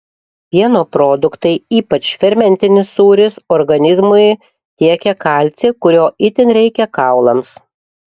pieno produktai ypač fermentinis sūris organizmui tiekia kalcį kurio itin reikia kaulams